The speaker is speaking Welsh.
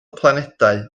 planedau